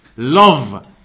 love